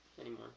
anymore